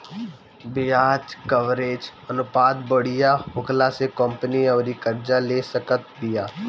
ब्याज कवरेज अनुपात बढ़िया होखला से कंपनी अउरी कर्जा ले सकत बिया